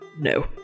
no